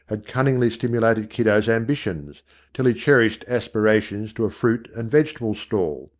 had cunningly stimulated kiddo's ambitions till he cherished aspirations to a fruit and vegetable stall,